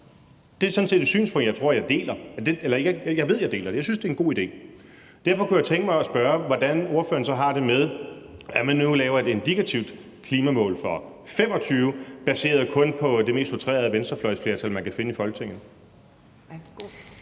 Det er sådan set et synspunkt, jeg deler. Jeg synes, det er en god idé. Derfor kunne jeg tænke mig spørge, hvordan ordføreren så har det med, at man nu laver et indikativt klimamål for 2025 kun baseret på det mest outrerede venstrefløjsflertal, man kan finde i Folketinget.